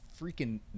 freaking